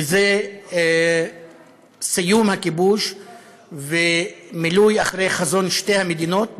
וזה סיום הכיבוש ומילוי אחר חזון שתי המדינות,